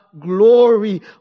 glory